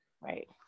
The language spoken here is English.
Right